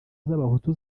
z’abahutu